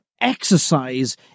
exercise